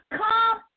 come